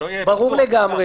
ברור לגמרי,